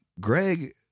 Greg